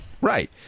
right